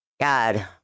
God